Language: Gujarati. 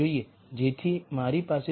તેથી મારી પાસે 0 થી 0